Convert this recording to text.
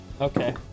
Okay